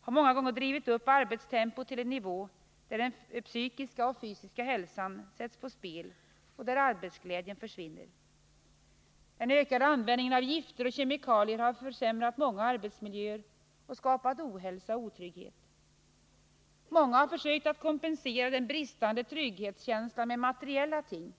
har många gånger drivit upp arbetstempot till en nivå där den psykiska och fysiska hälsan sätts på spel och där arbetsglädjen försvinner. Den ökade användningen av gifter och kemikalier har försämrat många arbetsmiljöer och skapat ohälsa och otrygghet. Många har försökt kompensera den bristande trygghetskänslan med materiella ting.